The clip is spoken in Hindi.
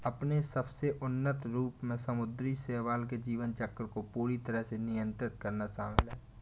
अपने सबसे उन्नत रूप में समुद्री शैवाल के जीवन चक्र को पूरी तरह से नियंत्रित करना शामिल है